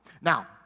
Now